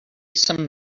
some